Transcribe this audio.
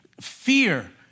fear